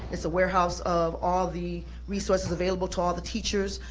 it's a warehouse of all the resources available to all the teachers.